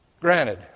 Granted